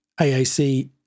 AAC